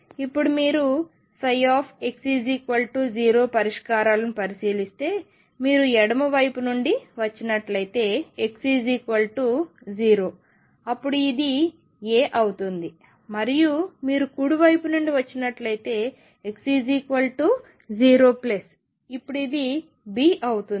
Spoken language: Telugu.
ఇప్పుడు మీరు ψx0 పరిష్కారాలను పరిశీలిస్తే మీరు ఎడమ వైపు నుండి వచ్చినట్లయితే x0 అప్పుడు ఇది A అవుతుంది మరియు మీరు కుడి వైపు నుండి వచ్చినట్లయితే x0 ఇప్పుడు ఇది B అవుతుంది